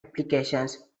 applications